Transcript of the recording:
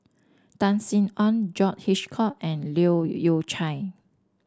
Tan Sin Aun John Hitchcock and Leu Yew Chye